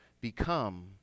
become